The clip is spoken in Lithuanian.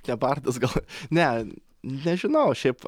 ne bardas gal ne nežinau šiaip